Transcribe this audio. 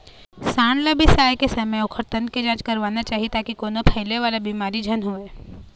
सांड ल बिसाए के समे ओखर तन के जांच करवाना चाही ताकि कोनो फइले वाला बिमारी झन होवय